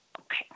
Okay